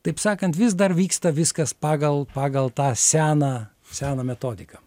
taip sakant vis dar vyksta viskas pagal pagal tą seną seną metodiką